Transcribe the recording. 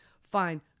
fine